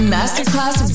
Masterclass